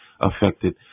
affected